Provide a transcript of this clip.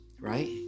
Right